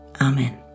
Amen